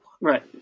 right